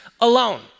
alone